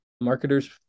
Marketers